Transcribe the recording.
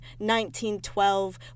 1912